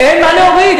אין מה להוריד,